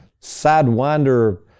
sidewinder